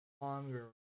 longer